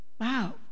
Wow